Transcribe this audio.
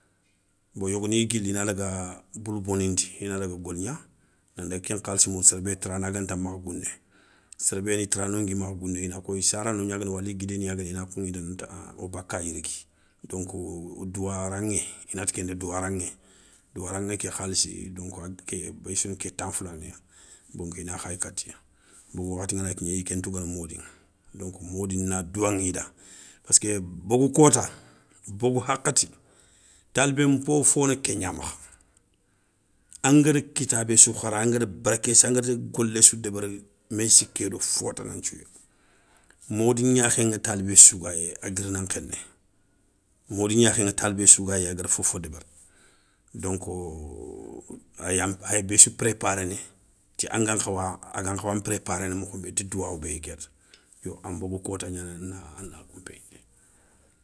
Bo yogoniya guili ina daga boulou bonindi ina daga goligna, nan daga ké nkhalssi moundi séré bé tarana ganta makha gouné, séré béni tarano ngui makha gouné i na ko i sarano gna guéni wali guidé gna guéni, i na koŋinda nanti an wo bakka yirigui, donko douwaraŋé i nati kenda douwaranŋé, douwaraŋé ké khalissi bé souna ké tan foulané ya. Donko i na khayi kati ya bon wakhati ngana kigné, iya ké ntougana mody ŋa donk mody na douwaŋi da, pask bogou kota, bogou hakhati, talibé npofona ké gna makha, angara kitabé sou khara angara barké sou khara angara golé sou débéri meyssi ké do fotana nthiou. Mody gnaakhé ŋa talibé sou gayé a guiri nan khéné, mody gnaakhé ŋa talibé sou gayé a gara fofo débéri. Donko ayi an ayi béssou préparéné, ti anga nkhawa aga nkhawa préparéné mokho bé ti douwawo béya kéta, yo an bogou kota gnani ana ana kou npéyindi.